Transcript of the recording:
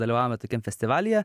dalyvavome tokiam festivalyje